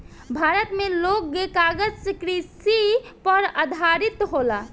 भारत मे लोग कागज कृषि पर आधारित होला